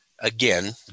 again